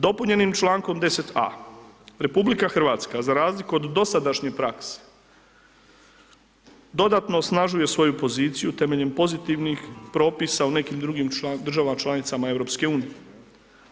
Dopunjenim člankom 10. a RH za razliku od dosadašnje prakse, dodatno osnažuje svoju poziciju temeljem pozitivnih propisa u nekim drugim državama članicama EU-a.